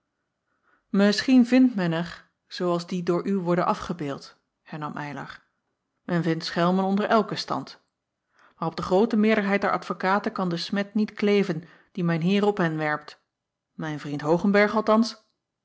isschien vindt men er zoo als die door u worden afgebeeld hernam ylar men vindt schelmen onder elken stand maar op de groote meerderheid der advokaten acob van ennep laasje evenster delen kan de smet niet kleven die mijn eer op hen werpt mijn vriend oogenberg althans